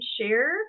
share